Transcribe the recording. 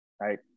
right